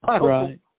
Right